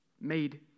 made